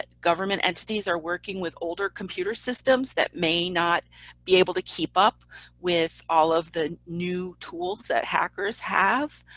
ah government entities are working with older computer systems that may not be able to keep up with all of the new tools that hackers have.